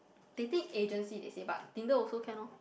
dating agency they say but Tinder also can lor